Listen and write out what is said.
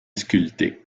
sculptés